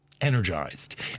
energized